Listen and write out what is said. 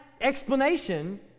explanation